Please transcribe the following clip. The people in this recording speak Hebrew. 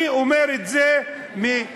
אני אומר את זה כלכלית,